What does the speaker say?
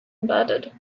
embedded